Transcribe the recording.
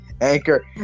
anchor